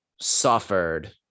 suffered